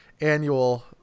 annual